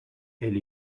elle